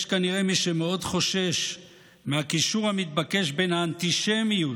יש כנראה מי שמאוד חושש מהקישור המתבקש בין האנטישמיות